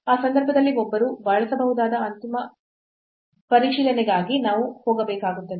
ಆ ಸಂದರ್ಭದಲ್ಲಿ ಒಬ್ಬರು ಬಳಸಬಹುದಾದ ಅಂತಿಮ ಪರಿಶೀಲನೆಗಾಗಿ ನಾವು ಹೋಗಬೇಕಾಗುತ್ತದೆ